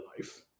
life